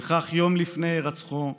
וכך, יום לפני הירצחו,